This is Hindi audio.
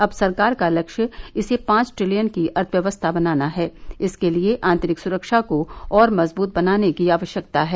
अब सरकार का लक्ष्य इसे पांच ट्रिलियन की अर्थव्यवथा बनाना है इसके लिए आंतरिक सुरक्षा को और मजबूत बनाने की आवश्यकता है